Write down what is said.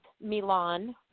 Milan